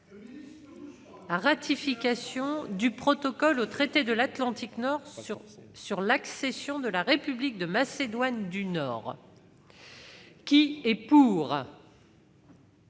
la ratification du protocole au traité de l'Atlantique Nord sur l'accession de la République de Macédoine du Nord (projet n°